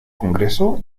congreso